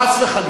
לא, חס וחלילה.